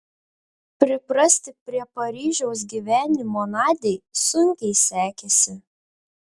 priprasti prie paryžiaus gyvenimo nadiai sunkiai sekėsi